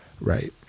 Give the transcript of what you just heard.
Right